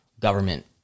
government